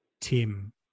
Tim